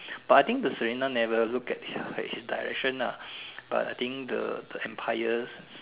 but I think the Serena never look at her his direction ah but I think the the empires